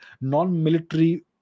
non-military